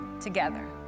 together